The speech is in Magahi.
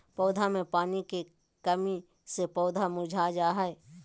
पौधा मे पानी के कमी से पौधा मुरझा जा हय